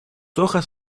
hojas